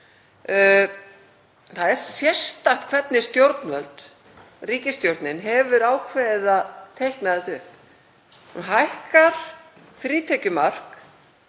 Það er sérstakt hvernig stjórnvöld, ríkisstjórnin hefur ákveðið að teikna þetta upp. Hún hækkar frítekjumark